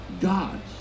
God's